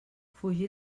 fugir